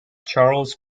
charles